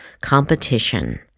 competition